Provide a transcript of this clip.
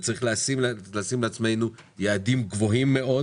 וצריך לשים לעצמנו יעדים גבוהים מאוד